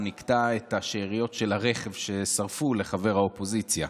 ניקתה את השאריות של הרכב ששרפו לחבר האופוזיציה,